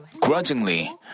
grudgingly